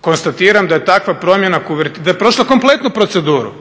Konstatiram da je takva promjena, da je prošla kompletnu proceduru